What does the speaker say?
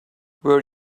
were